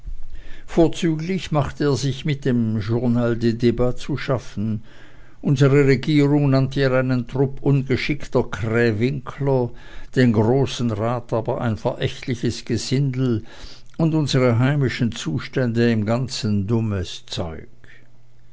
vorzüglich machte er sich mit dem journal des dbats zu schaffen unsere regierung nannte er einen trupp ungeschickter krähwinkler den großen rat aber ein verächtliches gesindel und unsere heimischen zustände im ganzen dummes zeug